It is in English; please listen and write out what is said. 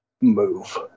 move